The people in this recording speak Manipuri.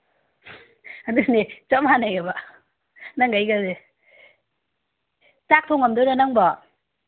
ꯑꯗꯨꯅꯦ ꯆꯞ ꯃꯥꯟꯅꯩꯌꯦꯕ ꯅꯪꯒ ꯑꯩꯒꯁꯦ ꯆꯥꯛ ꯊꯣꯡꯉꯝꯗꯣꯏꯔꯥ ꯅꯪꯒꯤꯗꯣ